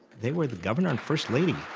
they were the governor and first lady.